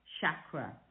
chakra